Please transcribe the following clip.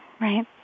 Right